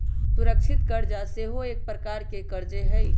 सुरक्षित करजा सेहो एक प्रकार के करजे हइ